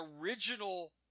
original